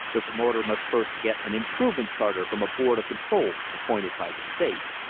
the promoter must first get an improvement charter from a board of control appointed by the state.